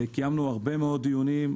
קיימנו הרבה מאוד דיונים,